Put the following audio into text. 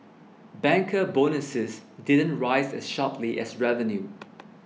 banker bonuses didn't rise as sharply as revenue